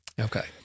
Okay